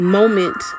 Moment